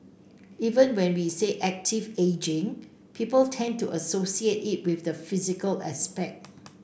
even when we say active ageing people tend to associate it with the physical aspect